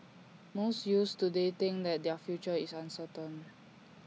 most youths today think that their future is uncertain